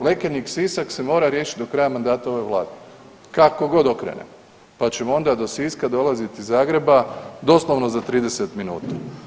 Lekenik Sisak se mora riješiti do kraja mandata ove vlade kako god okrenemo, pa ćemo onda do Siska dolaziti iz Zagreba doslovno za 30 minuta.